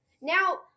Now